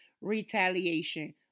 retaliation